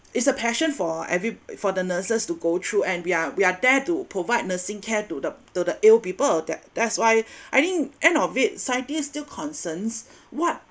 is a passion for every for the nurses to go through and we are we are there to provide nursing care to the to the ill people that that's why I think end of it scientist still concerns what